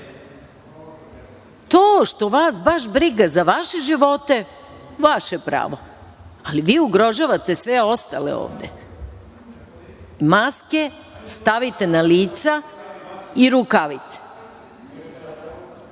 što vas baš briga za vaše živote, vaše pravo, ali vi ugrožavate sve ostale ovde. Maske stavite na lica i rukavice.